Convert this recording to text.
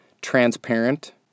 transparent